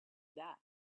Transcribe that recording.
that